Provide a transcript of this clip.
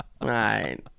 Right